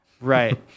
right